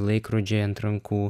laikrodžiai ant rankų